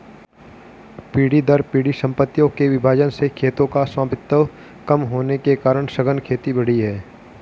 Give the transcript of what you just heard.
पीढ़ी दर पीढ़ी सम्पत्तियों के विभाजन से खेतों का स्वामित्व कम होने के कारण सघन खेती बढ़ी है